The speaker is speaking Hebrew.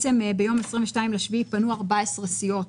ביום 22 ביולי פנו 14 סיעות